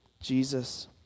Jesus